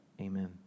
Amen